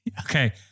Okay